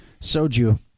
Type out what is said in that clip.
Soju